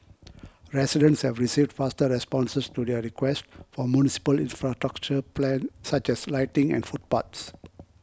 residents have received faster responses to their requests for municipal infrastructure plan such as lighting and footpaths